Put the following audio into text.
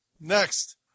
Next